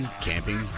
camping